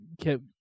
kept